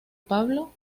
pablo